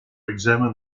examine